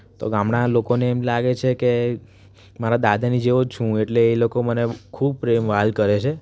તો ગામડાનાં લોકોને એમ લાગે છે કે મારા દાદાની જેવો જ છું હું એટલે એ લોકો મને ખૂબ પ્રેમ વ્હાલ કરે છે